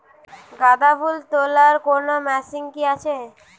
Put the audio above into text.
গাঁদাফুল তোলার কোন মেশিন কি আছে?